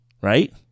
right